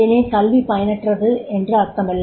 எனில் கல்வி பயனற்றது என்று அர்த்தமல்ல